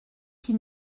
qui